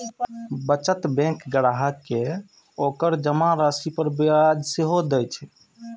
बचत बैंक ग्राहक कें ओकर जमा राशि पर ब्याज सेहो दए छै